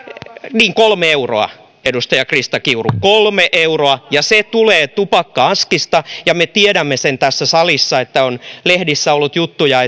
niin kolme euroa edustaja krista kiuru kolme euroa ja se tulee tupakka askista ja me tiedämme sen tässä salissa että on lehdissä ollut juttuja